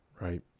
Right